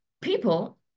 people